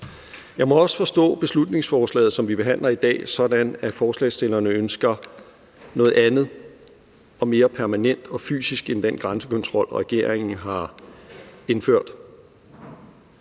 Jeg må også forstå beslutningsforslaget, som vi behandler i dag, sådan, at forslagsstillerne ønsker noget andet og mere permanent og fysisk end den grænsekontrol, regeringen har indført.